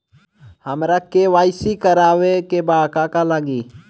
हमरा के.वाइ.सी करबाबे के बा का का लागि?